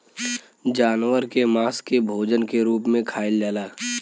जानवर के मांस के भोजन के रूप में खाइल जाला